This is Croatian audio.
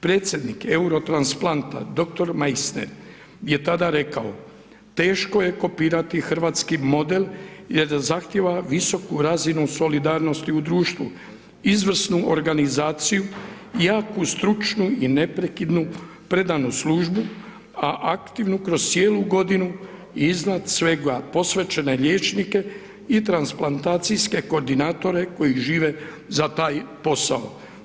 Predsjednik Eurotransplanta dr. Majsner je tada rekao, teško je kopirati hrvatski model jer zahtijeva visoku razinu solidarnosti u društvu, izvrsnu organizaciju, jaku stručnu i neprekidnu predanu službu a aktivnu kroz cijelu godinu, iznad svega posvećene liječnike i transplantacijske koordinatore, koji žive za taj posao.